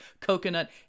coconut